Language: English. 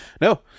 no